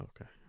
okay